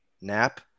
nap